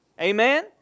Amen